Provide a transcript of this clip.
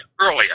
earlier